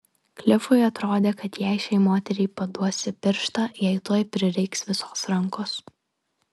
klifui atrodė kad jei šiai moteriai paduosi pirštą jai tuoj prireiks visos rankos